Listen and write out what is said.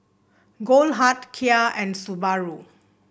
Goldheart Kia and Subaru